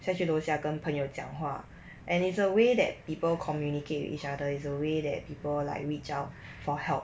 下去楼下跟朋友讲话 and is a way that people communicate with each other is a way that people like reach out for help